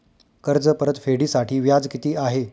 कर्ज परतफेडीसाठी व्याज किती आहे?